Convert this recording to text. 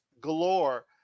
galore